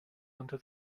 under